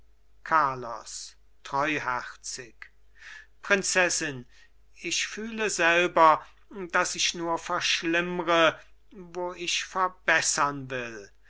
carlos treuherzig prinzessin ich fühle selber daß ich nur verschlimmre wo ich verbessern will